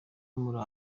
muri